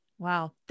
Wow